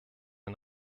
den